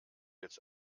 jetzt